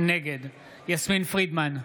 נגד יסמין פרידמן,